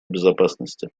безопасности